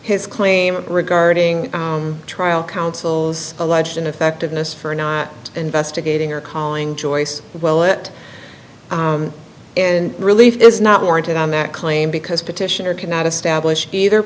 his claim regarding trial counsel's alleged ineffectiveness for not investigating or calling joyce well it and relief is not warranted on that claim because petitioner cannot establish either